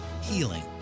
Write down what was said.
Healing